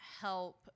help